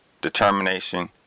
determination